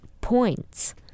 points